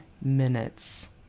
minutes